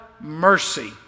mercy